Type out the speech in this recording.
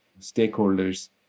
stakeholders